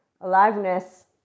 aliveness